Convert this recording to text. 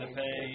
pay